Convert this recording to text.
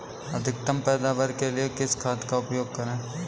अधिकतम पैदावार के लिए किस खाद का उपयोग करें?